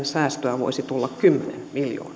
säästöä voisi tulla kymmenen miljoonaa